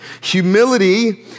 humility